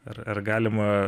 ar ar galima